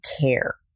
care